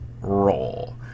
roll